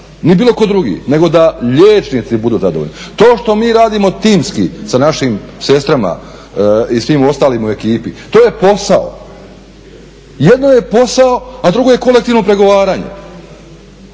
ni bilo tko drugi nego da liječnici budu zadovoljni. To što mi radimo timski sa našim sestrama i svim ostalima u ekipi, to je posao. Jedno je posao a drugo je kolektivno pregovaranje.